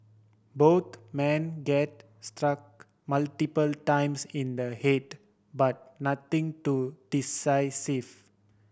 both men get struck multiple times in the head but nothing too decisive